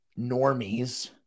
normies